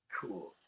Cool